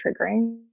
triggering